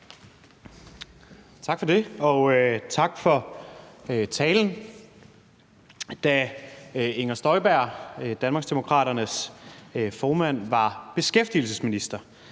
Tak for det, og tak for talen. Da Inger Støjberg, Danmarksdemokraternes formand, var beskæftigelsesminister,